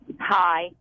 Hi